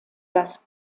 das